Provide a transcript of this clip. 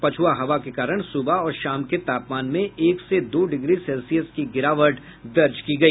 पछुआ हवा के कारण सुबह और शाम के तापमान में एक से दो डिग्री सेल्सियस की गिरावट दर्ज की गई